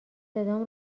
صدام